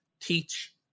teach